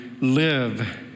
live